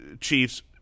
Chiefs